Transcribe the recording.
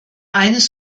eines